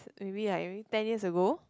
maybe like maybe ten years ago